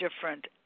different